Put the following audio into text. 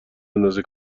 اندازه